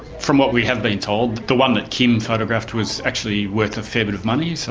from what we have been told, the one that kim photographed was actually worth a fair bit of money, so